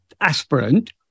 aspirant